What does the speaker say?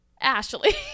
Ashley